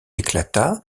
éclata